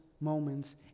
moments